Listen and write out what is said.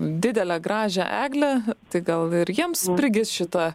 didelę gražią eglę tai gal ir jiems prigis šita